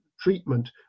treatment